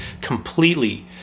completely